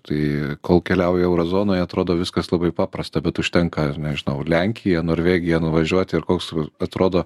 tai kol keliauja euro zonoje atrodo viskas labai paprasta bet užtenka ar nežinau lenkiją norvegiją nuvažiuoti ir koks atrodo